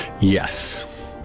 Yes